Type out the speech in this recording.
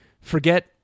forget